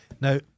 Now